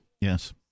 Yes